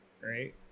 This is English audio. right